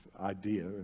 idea